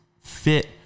fit